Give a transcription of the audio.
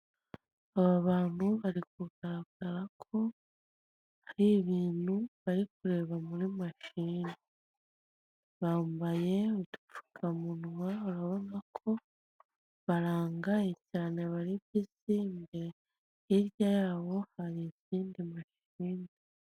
Aba bantu bari kugaragara ko hari ibintu bari kureba muri mashine. Bambaye udupfukamunwa urabona ko barangaye cyane bari bizi, hirya yabo hari izindi mashine.